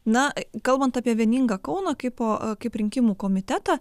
na kalbant apie vieningą kauną kaip kaip rinkimų komitetą